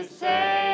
say